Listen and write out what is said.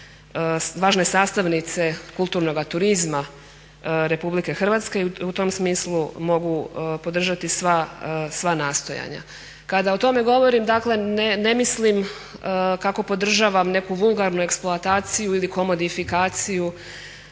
važne sastavnice kulturnoga turizma RH. U tom smislu mogu podržati sva nastojanja. Kada o tome govorim dakle ne mislim kako podržavam neku vulgarnu eksploataciju ili komodifikaciju